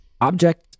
Object